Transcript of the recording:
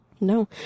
No